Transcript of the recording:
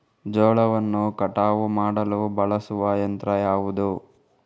ಜೋಳವನ್ನು ಕಟಾವು ಮಾಡಲು ಬಳಸುವ ಯಂತ್ರ ಯಾವುದು?